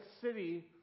city